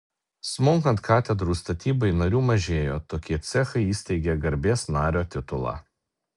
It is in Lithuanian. smunkant katedrų statybai narių mažėjo tokie cechai įsteigė garbės nario titulą